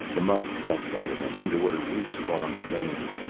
the mud sucked at it and underwater roots caught on the vanes.